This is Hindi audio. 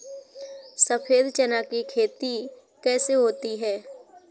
सफेद चना की खेती कैसे होती है?